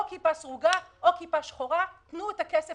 או כיפה סרוגה או כיפה שחורה תנו את הכסף